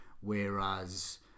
Whereas